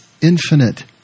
infinite